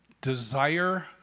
desire